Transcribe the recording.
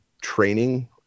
training